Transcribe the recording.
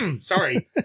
Sorry